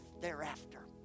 thereafter